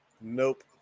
Nope